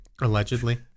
allegedly